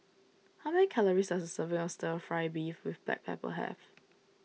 how many calories does a serving of Stir Fry Beef with Black Pepper have